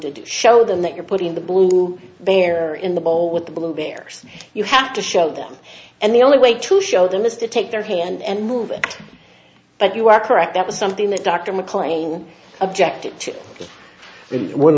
to show them that you're putting the blue bear in the bowl with the blue hairs you have to show them and the only way to show them is to take their hand and move it but you are correct that was something that dr mclean object